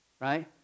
right